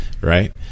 right